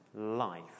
life